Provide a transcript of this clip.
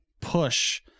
push